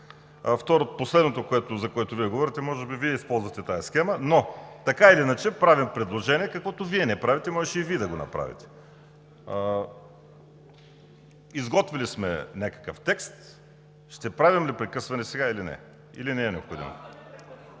казал. Последното, за което Вие говорите, може би Вие използвате тази схема, но така или иначе правим предложение каквото Вие не правите, а можеше и Вие да го направите. Изготвили сме някакъв текст. Ще правим ли прекъсване сега, или не е необходимо?